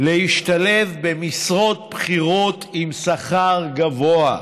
להשתלב במשרות בכירות עם שכר גבוה.